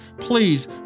please